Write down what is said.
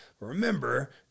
Remember